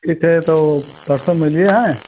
ठीक है तो परसों मिलिए है